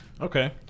okay